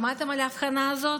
שמעתם על האבחנה הזאת?